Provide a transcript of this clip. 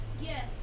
yes